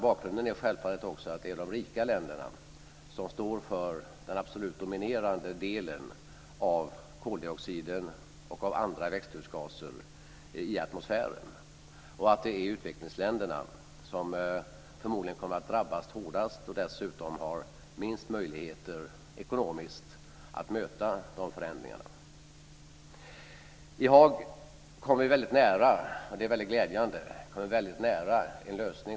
Bakgrunden är självfallet också att det är de rika länderna som står för den absolut dominerande delen av koldioxiden och andra växthusgaser i atmosfären, och att det är utvecklingsländerna som förmodligen kommer att drabbas hårdast och dessutom har sämst möjlighet ekonomiskt att möta de förändringarna. I Haag kom vi mycket nära en lösning på det här problemet.